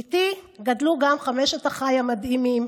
איתי גדלו גם חמשת אחיי המדהימים,